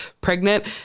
pregnant